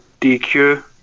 DQ